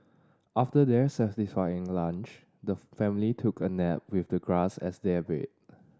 after their satisfying lunch the family took a nap with the grass as their bed